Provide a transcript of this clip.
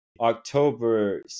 October